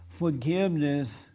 forgiveness